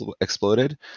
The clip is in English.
exploded